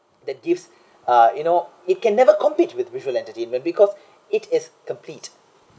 that gives uh you know it can never compete with visual entertainment because it is complete